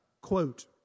quote